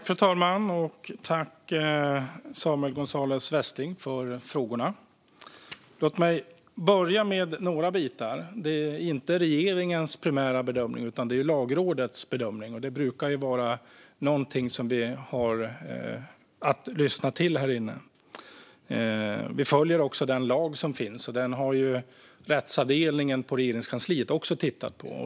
Fru talman! Tack, Samuel Gonzalez Westling, för frågorna! Låt mig börja med några bitar. Det är inte regeringens primära bedömning utan Lagrådets bedömning. Det brukar vara någonting som vi har att lyssna till härinne. Vi följer också den lag som finns. Den har rättsavdelningen på Regeringskansliet också tittat på.